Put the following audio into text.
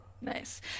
Nice